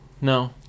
No